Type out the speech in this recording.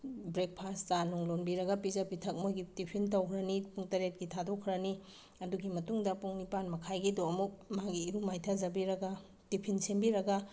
breakfast ꯆꯥꯅꯨꯡ ꯂꯣꯟꯕꯤꯔꯒ ꯄꯤꯖ ꯄꯤꯊꯛ ꯃꯣꯏꯒꯤ ꯇꯤꯐꯤꯟ ꯇꯧꯈ꯭ꯔꯅꯤ ꯄꯨꯡ ꯇꯔꯦꯠꯀꯤ ꯊꯥꯗꯣꯛꯈꯔꯅꯤ ꯑꯗꯨꯒꯤ ꯃꯇꯨꯡꯗ ꯄꯨꯡ ꯅꯤꯄꯥꯜ ꯃꯈꯥꯏꯒꯤꯗꯣ ꯑꯃꯨꯛ ꯃꯥꯒꯤ ꯏꯔꯨ ꯃꯥꯏꯊꯖꯕꯤꯔꯒ ꯇꯤꯐꯤꯟ ꯁꯦꯝꯕꯤꯔꯒ